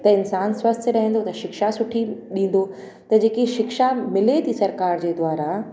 त इंसान स्वस्थ रहंदो त शिक्षा सुठी ॾींदो त जेकी शिक्षा मिले थी सरकारि जे द्वारा